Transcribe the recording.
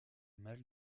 mal